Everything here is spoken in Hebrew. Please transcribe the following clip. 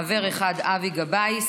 חבר אחד: אבי גבאי,